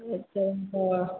ம் சரிங்க